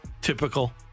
Typical